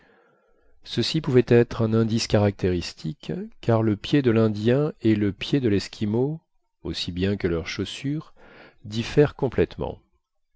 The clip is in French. ceci pouvait être un indice caractéristique car le pied de l'indien et le pied de l'esquimau aussi bien que leur chaussure diffèrent complètement